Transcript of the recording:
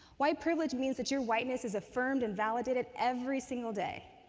white privilege means that your whiteness is affirmed and validated every single day,